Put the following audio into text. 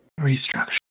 Restructure